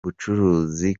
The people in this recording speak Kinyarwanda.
bucuruzi